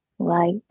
Light